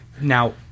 Now